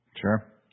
Sure